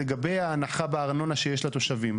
לגבי ההנחה בארנונה שיש לתושבים.